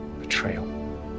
betrayal